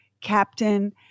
Captain